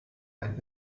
einen